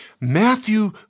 Matthew